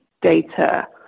data